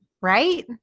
right